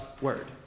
word